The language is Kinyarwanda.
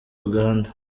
uganda